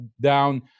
down